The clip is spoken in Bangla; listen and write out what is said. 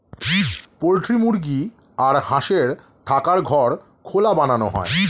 পোল্ট্রি মুরগি আর হাঁসের থাকার ঘর খোলা বানানো হয়